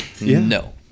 no